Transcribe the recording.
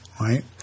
right